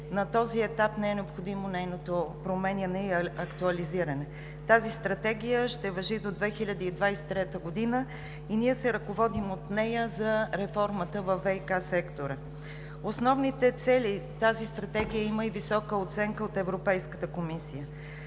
на този етап не е необходимо нейното променяне и актуализиране. Тази стратегия ще важи до 2023 г. и ние се ръководим от нея за реформата във ВиК сектора. Тази стратегия има и висока оценка от Европейската комисия.